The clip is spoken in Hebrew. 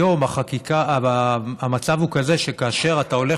היום המצב הוא כזה שכאשר אתה הולך